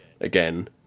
again